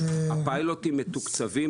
הפיילוטים מתוקצבים,